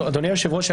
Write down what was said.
אדוני היושב-ראש,